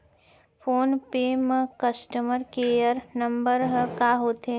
Phone पे म customer care number ह का होथे?